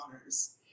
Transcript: honors